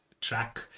track